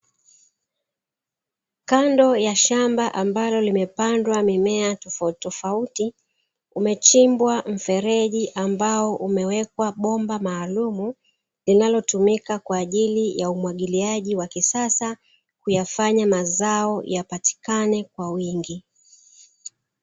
Kando ya shamba ambalo limepandwa mimea tofautitofauti, umechimbwa mfereji ambao umewekwa bomba maalumu linalotumika kwaajili ya umwagiliaji wa kisasa kuyafanya mazao yapatikane kwa wingi.